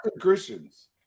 Christians